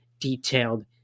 detailed